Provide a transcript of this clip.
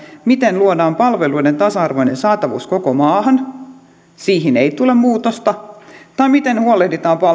miten luodaan palveluiden tasa arvoinen saatavuus koko maahan siihen ei tule muutosta tai miten huolehditaan